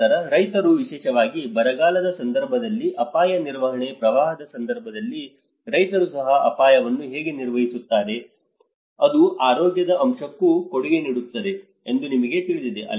ನಂತರ ರೈತರು ವಿಶೇಷವಾಗಿ ಬರಗಾಲದ ಸಂದರ್ಭದಲ್ಲಿ ಅಪಾಯ ನಿರ್ವಹಣೆ ಪ್ರವಾಹದ ಸಂದರ್ಭದಲ್ಲಿ ರೈತರು ಸಹ ಅಪಾಯವನ್ನು ಹೇಗೆ ನಿರ್ವಹಿಸುತ್ತಾರೆ ಅದು ಆರೋಗ್ಯದ ಅಂಶಕ್ಕೂ ಕೊಡುಗೆ ನೀಡುತ್ತದೆ ಎಂದು ನಿಮಗೆ ತಿಳಿದಿದೆ